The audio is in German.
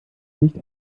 nicht